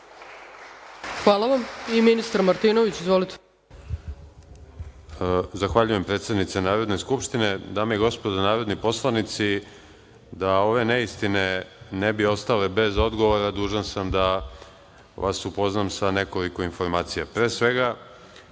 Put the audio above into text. **Aleksandar Martinović** Zahvaljujem predsednice Narodne skupštine. Dame i gospodo narodni poslanici, da ove neistine ne bi ostale bez odgovora, dužan sam da vas upoznam sa nekoliko informacija.